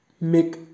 make